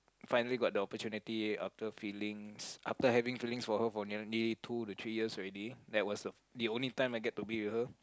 finally got the opportunity after feelings after having feelings for her nearly two to three years already that was the that was the only time I get to be with her